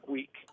Week